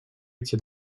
эти